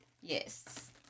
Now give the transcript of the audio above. Yes